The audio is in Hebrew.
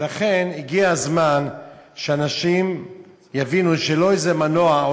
ולכן הגיע הזמן שאנשים יבינו שלא איזה מנוע או